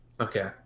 Okay